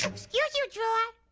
um excuse you, drawer.